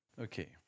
Okay